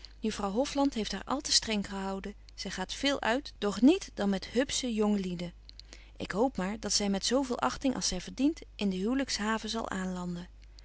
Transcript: juffrouw hofland heeft haar al te streng gehouden zy gaat veel uit doch niet dan met hupsche jonge lieden ik hoop maar dat zy met zo veel achting als zy verdient in de huwlyks haven zal aanlanden